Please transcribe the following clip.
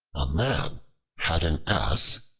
a man had an ass,